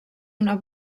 una